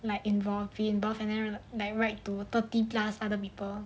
like involved be involved like write to thirty plus other people